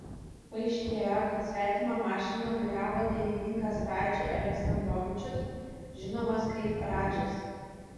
paaiškėjo kad svetimą mašiną vairavo dainininkas radži aleksandrovičius žinomas kaip radžis